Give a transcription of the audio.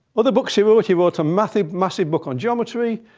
other books he wrote? he wrote a massive, massive book on geometry.